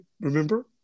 Remember